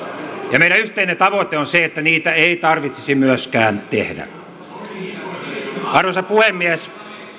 ja meidän yhteinen tavoite on se että niitä ei tarvitsisi myöskään tehdä arvoisa puhemies